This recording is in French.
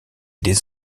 des